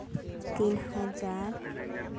ᱛᱤᱱ ᱦᱟᱡᱟᱨ